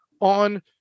on